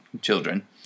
children